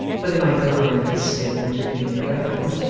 for they might rely on his statement being the correct one,